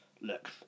look